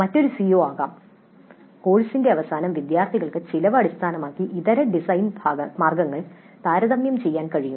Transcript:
മറ്റൊരു സിഒ ആകാം കോഴ്സിന്റെ അവസാനം വിദ്യാർത്ഥികൾക്ക് ചെലവ് അടിസ്ഥാനമാക്കി ഇതര ഡിസൈൻ മാർഗങ്ങൾ താരതമ്യം ചെയ്യാൻ കഴിയും